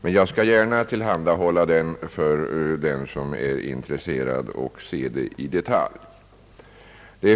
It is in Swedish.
Men jag skall gärna tillhandahålla dem för den som är intresserad av detaljerna.